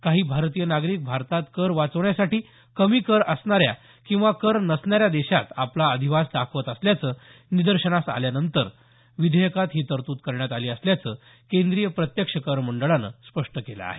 काही भारतीय नागरिक भारतात कर वाचवण्यासाठी कमी कर आकारणाऱ्या किंवा कर नसणाऱ्या देशात आपला अधिवास दाखवत असल्याचं निदर्शनास आल्यानंतर विधेयकात ही तरतूद करण्यात आली असल्याचं केंद्रीय प्रत्यक्ष कर मंडळानं स्पष्ट केलं आहे